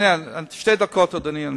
שתי דקות, אדוני.